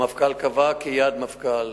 המפכ"ל קבע כיעד מפכ"ל.